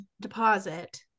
deposit